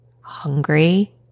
hungry